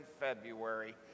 February